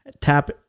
tap